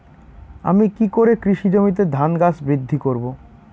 আমি কী করে কৃষি জমিতে ধান গাছ বৃদ্ধি করব?